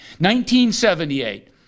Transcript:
1978